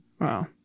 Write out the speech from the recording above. Wow